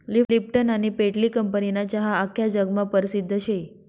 Lipton आनी Tetley कंपनीना चहा आख्खा जगमा परसिद्ध शे